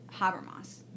Habermas